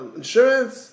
insurance